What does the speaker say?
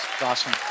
awesome